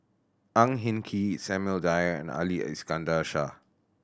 Ang Hin Kee Samuel Dyer and Ali Iskandar Shah